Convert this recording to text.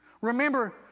remember